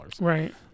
Right